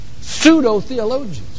pseudo-theologians